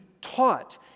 taught